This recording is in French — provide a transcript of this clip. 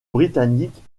britanniques